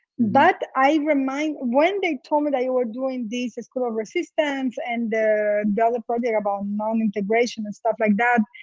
but i remind, when they told me that you were doing this, the school of resistance and the and other project about non-integration and stuff like that,